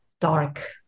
dark